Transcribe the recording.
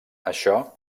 això